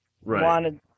wanted